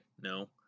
No